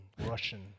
Russian